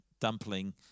dumpling